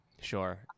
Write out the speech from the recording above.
Sure